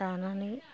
दानानै